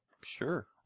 Sure